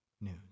news